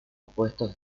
puestos